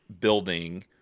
building